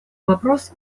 вопрос